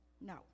No